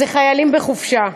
זה חיילים בחופשה.